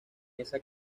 esa